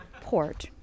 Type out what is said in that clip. port